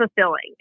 fulfilling